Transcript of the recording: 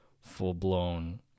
full-blown